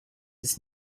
his